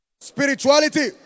Spirituality